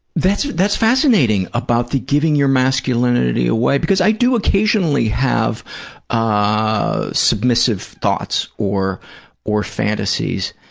that's that's fascinating, about the giving your masculinity away, because i do occasionally have ah submissive thoughts or or fantasies,